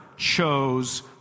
chose